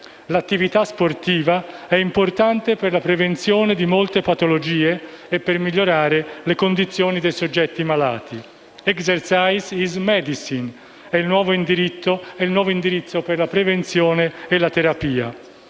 L'attività sportiva è importante per la prevenzione di molte patologie e per migliorare le condizioni dei soggetti malati; *exercise is medicine* è il nuovo indirizzo per la prevenzione e la terapia.